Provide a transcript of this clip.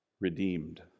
redeemed